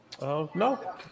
No